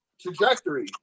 trajectory